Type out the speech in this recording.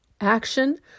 Action